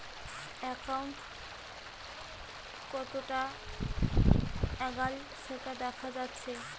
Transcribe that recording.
account কতোটা এগাল সেটা দেখা যাচ্ছে